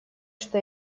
что